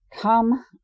Come